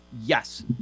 yes